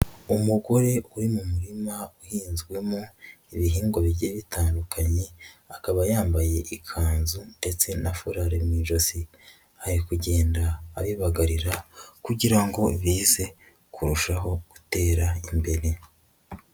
Umugore uri mu murima uhinzwemo ibihingwa bijye bitandukanye, akaba yambaye ikanzu ndetse na furari mu ijosi, ari kugenda abagarira kugira ngo bize kurushaho gutera imbere.